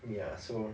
ya so